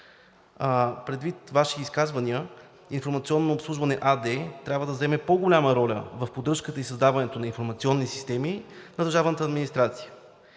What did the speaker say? Предвид Ваши изказвания „Информационно обслужване“ АД трябва да вземе по-голяма роля в поддръжката и създаването на информационни системи в държавната администрация.